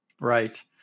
Right